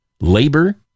labor